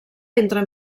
entre